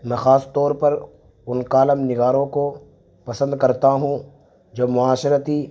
میں خاص طور پر ان کالم نگاروں کو پسند کرتا ہوں جو معاشرتی